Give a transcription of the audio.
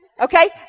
Okay